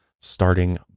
starting